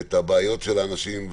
את הבעיות של האנשים.